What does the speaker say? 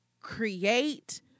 create